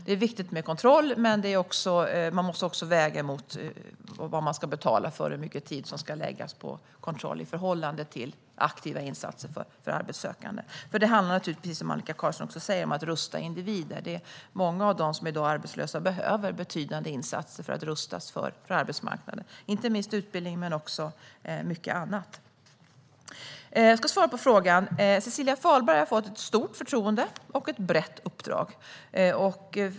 Det är viktigt med kontroll, men det måste också vägas mot kostnaden och den tid som ska läggas på kontroll i förhållande till aktiva insatser för arbetssökande. Det handlar naturligtvis, som Annika Qarlsson också säger, om att rusta individer. Många av dem som i dag är arbetslösa behöver betydande insatser för att rustas för arbetsmarknaden, inte minst utbildning men också mycket annat. Jag ska svara på frågan. Cecilia Fahlberg har fått ett stort förtroende och ett brett uppdrag.